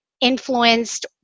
influenced